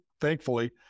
Thankfully